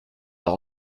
leur